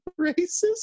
racist